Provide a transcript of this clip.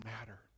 matter